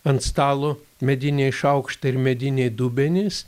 ant stalo mediniai šaukštai ir mediniai dubenys